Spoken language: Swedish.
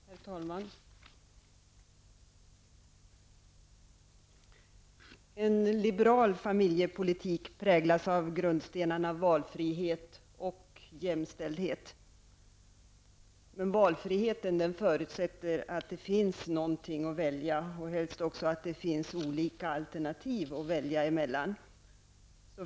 Herr talman! En liberal familjepolitik präglas av grundstenarna valfrihet och jämställdhet. Valfrihet förutsätter att det finns någonting att välja och också att det finns olika alternativ att välja mellan.